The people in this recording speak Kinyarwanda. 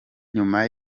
nyuma